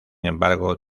embargo